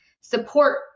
support